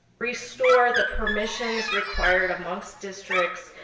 restore the permissions required amongst districts,